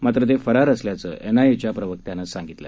मात्र ते फरार असल्याचं एनआय़एच्या प्रवक्त्यानं सांगितलं